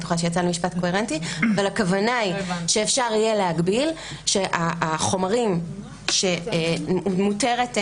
אפשר יהיה להגביל, כך שהחומרים שמותרת מסירתם,